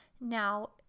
now